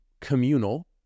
communal